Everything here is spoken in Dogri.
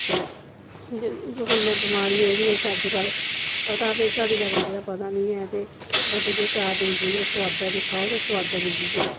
ते इदे कन्नै बमारियां जेह्ड़ियां अस अज्ज कल्ल पता भाई घड़ी दा बंदे दा पता नी ऐ ते बंदे जेह्ड़े चार दिन जीने कोई सुआदा दा खाओ कोई सुआदा दे जियो ते बस